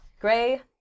Gray